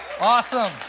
Awesome